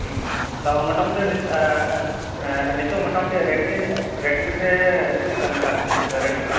ᱛᱚ ᱢᱚᱴᱟ ᱢᱩᱴᱤ ᱱᱤ ᱦᱮᱸ ᱱᱤᱛᱚᱜ ᱢᱚᱴᱟ ᱢᱩᱴᱤ ᱨᱮᱰᱢᱤ ᱨᱮ ᱨᱮᱰᱢᱤ ᱨᱮ ᱛᱤᱱᱟ ᱜ ᱜᱟᱱ ᱪᱷᱟᱲ ᱢᱮᱱᱟᱜ ᱟᱠᱟᱫᱟ ᱨᱮᱰᱢᱤ